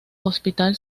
hospital